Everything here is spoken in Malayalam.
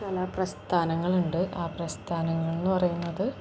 ചില പ്രസ്ഥാനങ്ങളുണ്ട് ആ പ്രസ്ഥാനങ്ങളെന്നു പറയുന്നത്